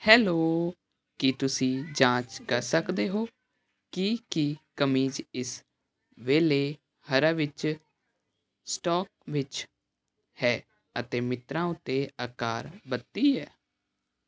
hello ਕੀ ਤੁਸੀਂ ਜਾਂਚ ਕਰ ਸਕਦੇ ਹੋ ਕਿ ਕੀ ਕਮੀਜ਼ ਇਸ ਵੇਲੇ ਹਰਾ ਵਿੱਚ ਸਟੋਕ ਵਿੱਚ ਹੈ ਅਤੇ ਮਿੰਤਰਾ ਉੱਤੇ ਅਕਾਰ ਬੱਤੀ ਹੈ